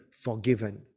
forgiven